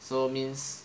so means